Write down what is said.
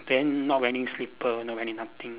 then not wearing slipper not wearing nothing